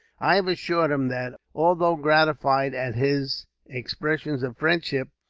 i have assured him that, although gratified at his expressions of friendship,